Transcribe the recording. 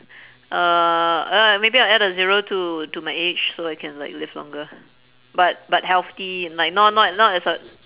uh uh maybe I'll add a zero to to my age so I can like live longer but but healthy like not not not as a